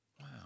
Wow